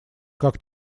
как